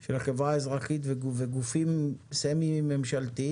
של החברה האזרחית וגופים סמי ממשלתיים.